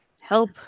help